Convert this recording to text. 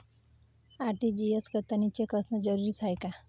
RTGS करतांनी cheque असनं जरुरीच हाय का?